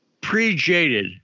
pre-jaded